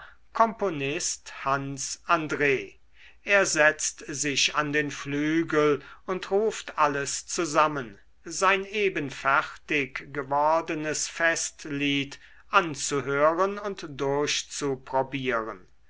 komponist hans andr er setzt sich an den flügel und ruft alles zusammen sein eben fertig gewordenes festlied anzuhören und durchzuprobieren